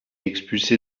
expulsé